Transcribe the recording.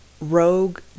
Rogue